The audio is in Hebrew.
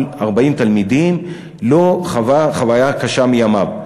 40 תלמידים לא חווה חוויה קשה מימיו.